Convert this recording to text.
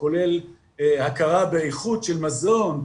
כולל הכרה באיכות של מזון,